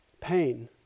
pain